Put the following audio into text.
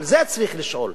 על זה צריך לשאול.